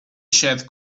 shed